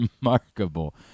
remarkable